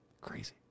Crazy